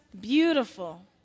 beautiful